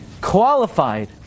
qualified